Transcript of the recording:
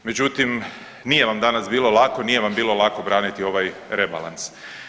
Međutim, nije vam danas bilo lako, nije vam bilo lako braniti ovaj rebalans.